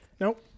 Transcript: Nope